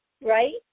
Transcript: right